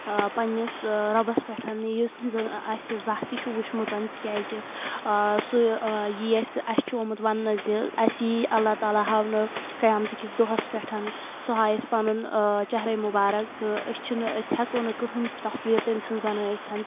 پننس رۄبس پٮ۪ٹھ یُس زن اسہِ زانٛہہ تہِ چھُ وٕچھمُت تِکیازِ سُے یی اسہِ اسہِ چھُ آمُت وننہٕ زِ اسہِ ییہِ اللّٰہ تعالیٰ ہاونہٕ قیامتہٕ کِس دۄہس پٮ۪ٹھ سُہ ہایہِ اسہِ پیُن چہرے مُبارک تہٕ أسۍ چھِنہٕ أسۍ ہیٚکو نہٕ کہٕنۍ تہِ تصویر تٔمۍ سٕنٛز بنایِتھ